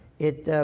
it,